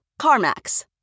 CarMax